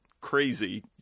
crazy